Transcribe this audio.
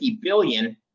billion